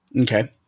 Okay